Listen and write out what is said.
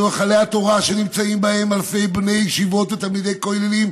אלה היכלי התורה שנמצאים בהם אלפי בני ישיבות ותלמידי כוללים,